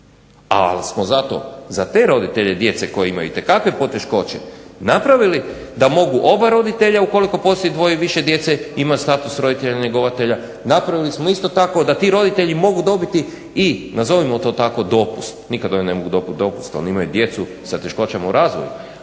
Ali smo zato za te roditelje djece koja imaju itekakve poteškoće napravili da mogu oba roditelja ukoliko postoji dvoje i više djece imati status roditelja njegovatelja, napravili smo isto tako da ti roditelji mogu dobiti i nazovimo to tako dopust. Nikad oni ne mogu dobiti dopust, oni imaju djecu sa teškoćama u razvoju,